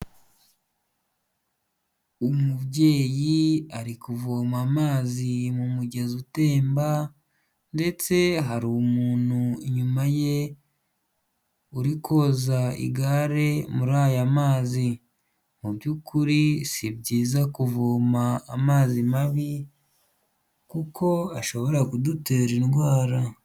Umubyeyi ari kuvoma amazi mu mugezi utemba, ndetse har’umuntu inyuma ye uri koza igare mur’aya mazi. Mu byukuri si byiza kuvoma amazi mabi kuko ashobora kudutera indwara.